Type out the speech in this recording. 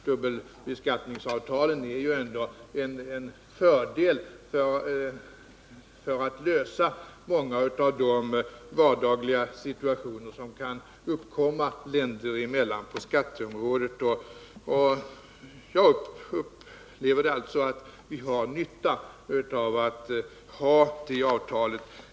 Dubbelbeskattningsavtalen är ändå till fördel Om åtgärder för när det gäller att komma till rätta med många av de vardagliga situationersom — att bekämpa vissa kan uppkomma länder emellan på skatteområdet, och jag upplever alltså att — internationella vi har nytta av att ha de avtalen.